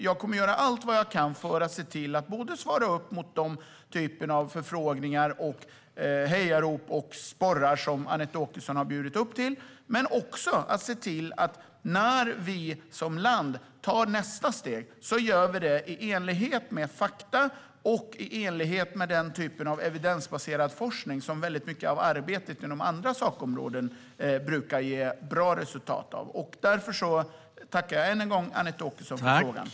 Jag kommer att göra allt jag kan för att svara upp mot de förfrågningar, hejarop och sporrar som Anette Åkesson bjudit upp till, men också för att se till att vi som land tar nästa steg i enlighet med fakta och i enlighet med den typ av evidensbaserad forskning som brukar ge bra resultat i väldigt mycket av arbetet inom andra sakområden. Därför tackar jag än en gång Anette Åkesson för interpellationen.